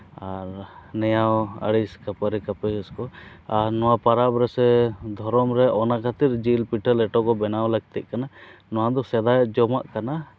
ᱟᱨ ᱱᱮᱭᱟᱣ ᱟᱹᱲᱤᱥ ᱠᱷᱟᱹᱯᱟᱹᱨᱤ ᱠᱷᱟᱹᱯᱟᱹᱨᱤᱥ ᱠᱚ ᱟᱨ ᱱᱚᱣᱟ ᱯᱚᱨᱚᱵᱽ ᱨᱮᱥᱮ ᱫᱷᱚᱨᱚᱢ ᱨᱮ ᱚᱱᱟ ᱠᱷᱟᱹᱛᱤᱨ ᱡᱤᱞ ᱯᱤᱴᱷᱟᱹ ᱞᱮᱴᱚ ᱠᱚ ᱵᱮᱱᱟᱣ ᱞᱟᱹᱠᱛᱤᱜ ᱠᱟᱱᱟ ᱱᱚᱣᱟ ᱫᱚ ᱥᱮᱫᱟᱭ ᱡᱚᱢᱟᱜ ᱠᱟᱱᱟ